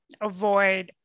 avoid